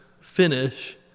finish